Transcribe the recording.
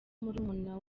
murumuna